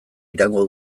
iraungo